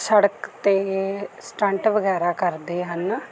ਸੜਕ 'ਤੇ ਸਟੰਟ ਵਗੈਰਾ ਕਰਦੇ ਹਨ